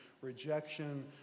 rejection